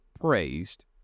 praised